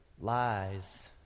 lies